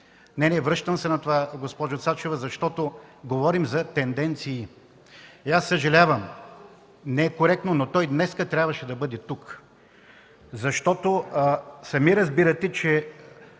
КЪНЕВ: Връщам се на това, госпожо Цачева, защото говорим за тенденции. Съжалявам, не е коректно, но той днес трябваше да бъде тук. Сами разбирате, че